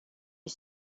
est